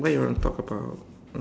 what you want to talk about